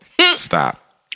Stop